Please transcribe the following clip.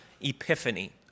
epiphany